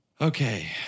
Okay